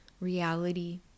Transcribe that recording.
reality